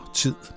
tid